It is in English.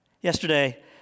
Yesterday